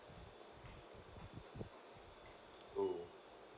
oh